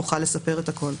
אוכל לספר את הכול.